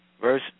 Verse